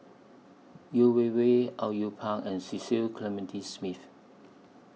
Yeo Wei Wei Au Yue Pak and Cecil Clementi Smith